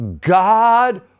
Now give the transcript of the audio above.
God